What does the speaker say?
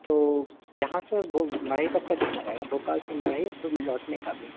तो यहाँ से वो मढ़ई तक का कितना रहेगा भोपाल से मढ़ई और फिर लौटने का भी